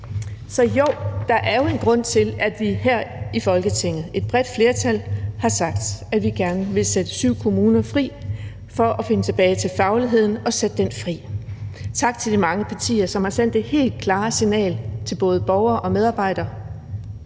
Så jo, der er jo en grund til, at vi, et bredt flertal her i Folketinget, har sagt, at vi gerne vil sætte syv kommuner fri til at finde tilbage til fagligheden og sætte den fri. Tak til de mange partier, som har sendt det helt klare signal til både borgere og medarbejdere: